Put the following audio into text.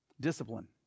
discipline